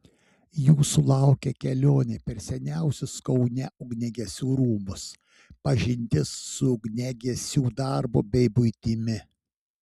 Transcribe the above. jūsų laukia kelionė per seniausius kaune ugniagesių rūmus pažintis su ugniagesiu darbu bei buitimi